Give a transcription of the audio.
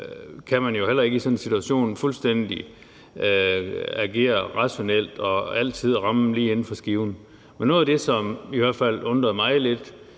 kunne man jo heller ikke i en sådan situation agere fuldstændig rationelt og altid ramme lige inden for skiven. Men noget af det, som i hvert fald undrede mig i